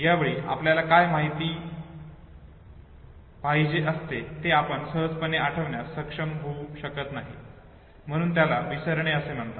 या वेळी आपल्याला काय पाहिजे असते हे आपण सहजपणे आठवण्यास सक्षम होऊ शकत नाही म्हणूनच त्याला विसरणे असे म्हणतात